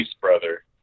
brother